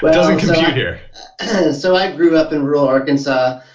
but doesn't compute here so i grew up in rural arkansas,